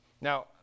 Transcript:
Now